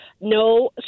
no